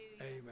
Amen